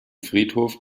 friedhof